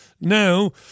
now